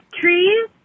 trees